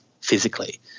physically